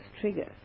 triggers